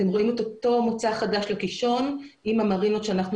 אתם רואים את אותה מוצא חדש לקישון עם המרינות שאנחנו